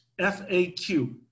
FAQ